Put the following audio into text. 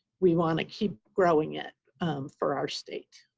we want to keep growing it for our state.